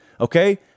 Okay